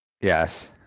Yes